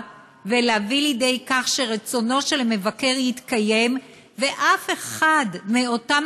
ולהביא לידי כך שרצונו של המבקר יתקיים ואף אחד מאותם